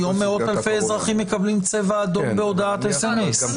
היום מאות אלפי אזרחים מקבלים צבע אדום בהודעת סמ"ס.